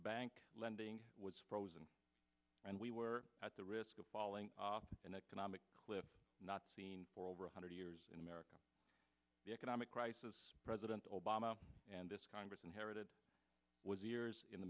bank lending was frozen and we were at the risk of falling off an economic cliff not seen for over one hundred years in america the economic crisis president obama and this congress inherited was years in the